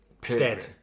Dead